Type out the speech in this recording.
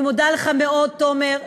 אני מודה לך מאוד, תומר.